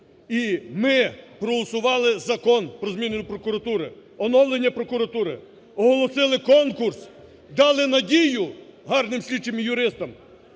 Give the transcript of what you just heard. І ми проголосували Закон про ……. прокуратури, оновлення прокуратури, оголосили конкурс, дали надію гарним слідчим і юристам,